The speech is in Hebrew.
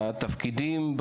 בתפקידים,